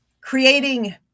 creating